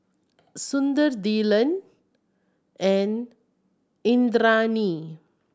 Sundar Dhyan and Indranee